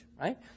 right